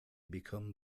become